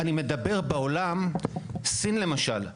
אז הסיפור הזה של גז כדלק מעבר הוא כבר לא --- סין למשל.